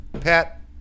Pat